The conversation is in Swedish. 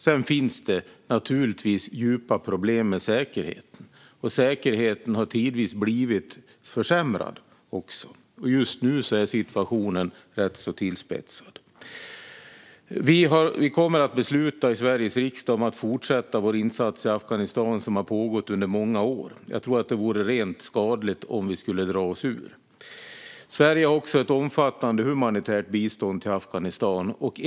Sedan finns det naturligtvis djupa problem med säkerheten, och den har tidvis också blivit försämrad. Just nu är situationen rätt så tillspetsad. Sveriges riksdag kommer att besluta om att fortsätta vår insats i Afghanistan, som har pågått under många år. Jag tror att det vore rent skadligt om vi skulle dra oss ur. Sverige har också ett omfattande humanitärt bistånd till Afghanistan.